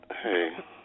Hey